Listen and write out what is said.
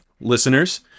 Listeners